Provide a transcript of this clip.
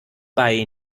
bei